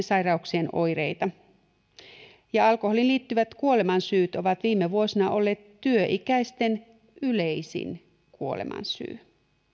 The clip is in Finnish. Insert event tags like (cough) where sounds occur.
(unintelligible) sairauksien oireita ja alkoholiin liittyvät kuolemansyyt ovat viime vuosina olleet työikäisten yleisin kuolemansyy